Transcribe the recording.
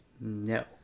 no